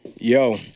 yo